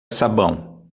sabão